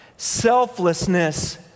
selflessness